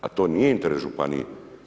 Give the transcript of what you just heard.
A to nije interes županije.